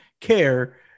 care